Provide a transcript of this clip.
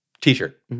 t-shirt